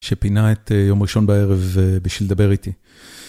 שפינה את יום ראשון בערב בשביל לדבר איתי.